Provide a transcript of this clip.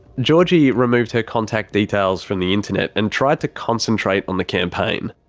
georgie removed her contact details from the internet and tried to concentrate on the campaign.